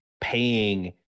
paying